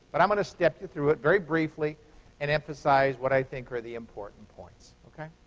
but i'm going to step you through it very briefly and emphasize what i think are the important points. ok?